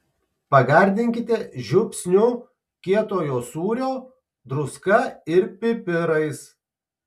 pagardinkite žiupsniu kietojo sūrio druska ir pipirais